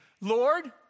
Lord